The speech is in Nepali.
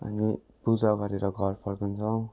अनि पूजा गरेर घर फर्कन्छौँ